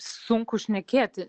sunku šnekėti